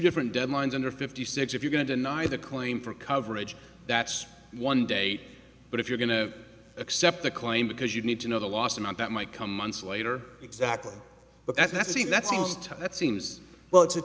different deadlines under fifty six if you going to deny the claim for coverage that's one day but if you're going to accept the claim because you need to know the last amount that might come months later exactly but that's the that's the most that seems well